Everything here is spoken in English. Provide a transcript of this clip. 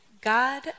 God